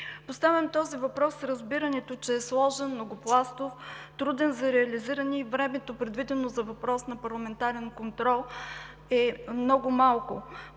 Поставям този въпрос с разбирането, че е сложен, многопластов, труден за реализиране и времето, предвидено за задаване на въпрос на парламентарен контрол, е много малко.